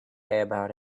about